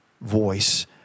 voice